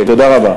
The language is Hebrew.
תודה רבה.